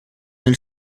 nel